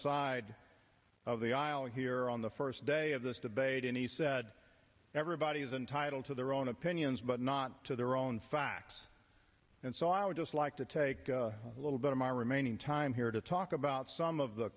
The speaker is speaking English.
side of the island here on the first day of this debate and he said everybody is entitled to their own opinions but not to their own facts and so i would just like to take a little bit of my remaining time here to talk about some of the